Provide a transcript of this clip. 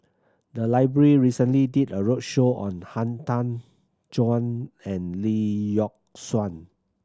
the library recently did a roadshow on Han Tan Juan and Lee Yock Suan